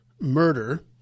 murder